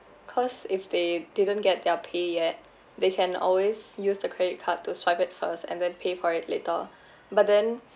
cause if they didn't get their pay yet they can always use the credit card to swipe it first and then pay for it later but then